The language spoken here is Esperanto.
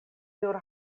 nur